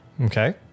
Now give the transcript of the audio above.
Okay